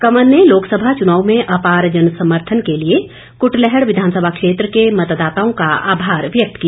कंवर ने लोकसभा चुनाव में आपार जनसमर्थन के लिए कुटलैहड़ विधानसभा क्षेत्र के मतदाताओं का आभार व्यक्त किया